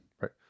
Right